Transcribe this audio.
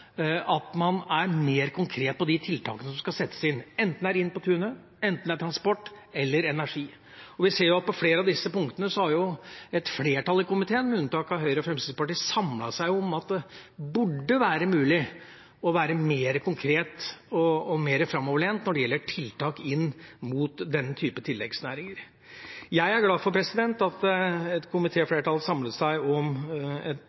at man er mer konkret når det gjelder de tiltakene som skal settes i verk, enten det er Inn på tunet, transport eller energi. Vi ser at på flere av disse punktene har et flertall i komiteen, alle unntatt Høyre og Fremskrittspartiet, samlet seg om at det burde være mulig å være mer konkret og mer framoverlent når det gjelder tiltak for denne typen tilleggsnæringer. Jeg er glad for at et komitéflertall samlet seg om